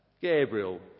Gabriel